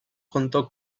contó